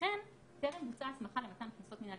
וכן טרם בוצעה הסמכה למתן קנסות מנהליים.